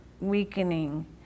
weakening